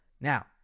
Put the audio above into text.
Now